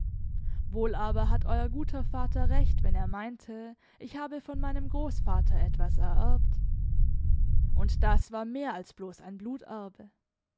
wohl aber hatte euer guter vater recht wenn er meinte ich habe von meinem großvater etwas ererbt und das war mehr als bloß ein